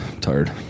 tired